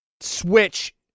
Switch